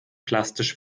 plastisch